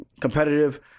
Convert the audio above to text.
competitive